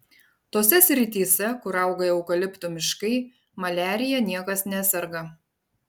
tose srityse kur auga eukaliptų miškai maliarija niekas neserga